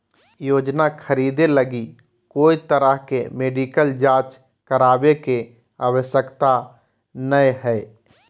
योजना खरीदे लगी कोय तरह के मेडिकल जांच करावे के आवश्यकता नयय हइ